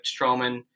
Strowman